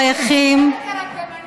זה לא הדיון בכלל.